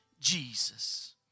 Jesus